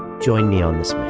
join me on this